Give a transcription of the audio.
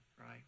right